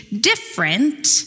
different